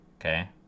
okay